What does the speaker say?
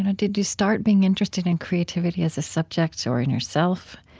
and did you start being interested in creativity as a subject or in yourself